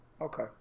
Okay